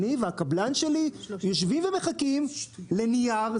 אני והקבלן שלי יושיבם ומחכים לנייר.